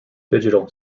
digital